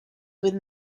within